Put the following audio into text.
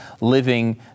living